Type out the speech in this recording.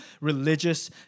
religious